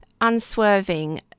unswerving